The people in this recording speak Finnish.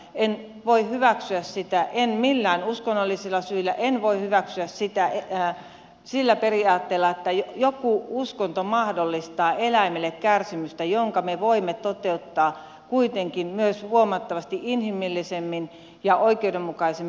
en voi hyväksyä sitä millään uskonnollisilla syillä enkä voi hyväksyä sitä sillä periaatteella että joku uskonto mahdollistaa eläimelle kärsimystä kun me voimme toteuttaa saman kuitenkin myös huomattavasti inhimillisemmin ja oikeudenmukaisemmin